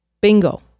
Bingo